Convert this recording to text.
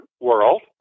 world